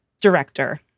director